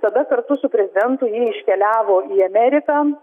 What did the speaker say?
tada kartu su prezidentu ji iškeliavo į ameriką